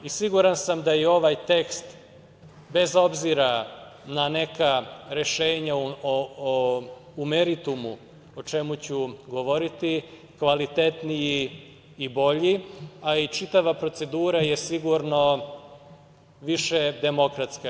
I siguran sam da je ovaj tekst, bez obzira na neka rešenja u meritumu, o čemu ću govoriti, kvalitetniji i bolji, a i čitava procedura je sigurno više demokratska.